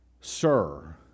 sir